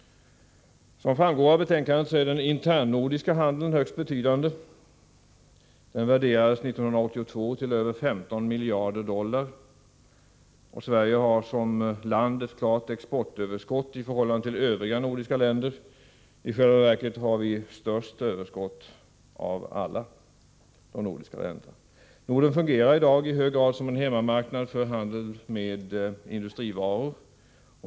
Som framgår av betänkandet är den internnordiska handeln högst betydande. Den värderades 1982 till över 15 miljarder dollar. Sverige har ett klart exportöverskott i förhållande till övriga nordiska länder. I själva verket har vi det största överskottet av alla de nordiska länderna. Norden fungerar i dag i hög grad som en hemmamarknad för handeln med industrivaror.